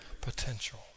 potential